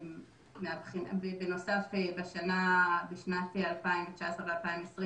בנוסף בשנת 2019 ובשנת 2020,